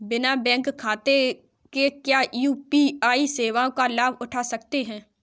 बिना बैंक खाते के क्या यू.पी.आई सेवाओं का लाभ उठा सकते हैं?